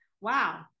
Wow